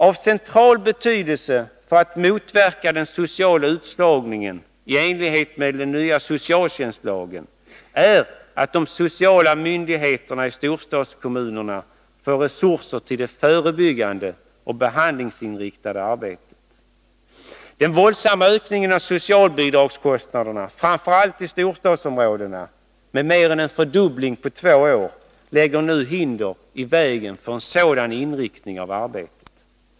Av central betydelse för att motverka den sociala utslagningen, i enlighet med den nya socialtjänstlagen, är att de sociala myndigheterna i storstadskommunerna får resurser till det förebyggande och behandlingsinriktade arbetet. Den våldsamma ökningen av socialbidragskostnaderna, med mer än en fördubbling på två år, framför allt i storstadsområdena, lägger nu hinder i vägen för en sådan inriktning av arbetet.